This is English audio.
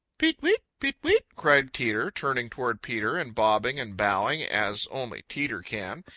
peet-weet! peet-weet! cried teeter, turning towards peter and bobbing and bowing as only teeter can.